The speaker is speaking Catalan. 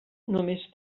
només